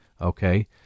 okay